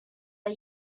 are